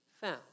found